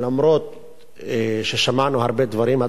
אף ששמענו הרבה דברים,